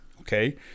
okay